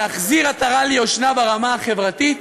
להחזיר עטרה ליושנה, ברמה החברתית,